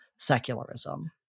secularism